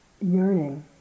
yearning